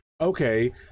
Okay